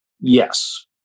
Yes